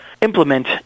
implement